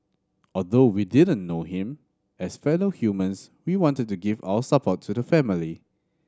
although we didn't know him as fellow humans we wanted to give our support to the family